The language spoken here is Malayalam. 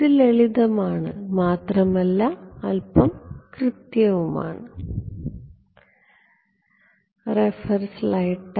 ഇത് ലളിതമാണ് മാത്രമല്ല അല്ല കൃത്യവും ആണ്